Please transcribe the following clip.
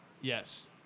Yes